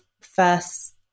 first